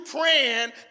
praying